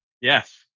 Yes